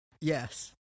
Yes